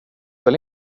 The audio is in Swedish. väl